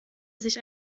sich